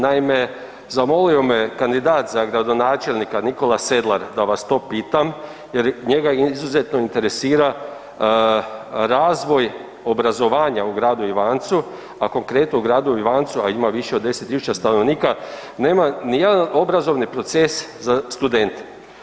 Naime, zamolio me kandidat za gradonačelnika Nikola Sedlar da vas to pitam jer njega izuzetno interesira razvoj obrazovanja u gradu Ivancu, a konkretno u gradu Ivancu, a ima više od 10.000 stanovnika, nema nijedan obrazovni proces za studente.